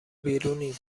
بیرونیم